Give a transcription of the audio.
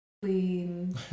clean